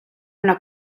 una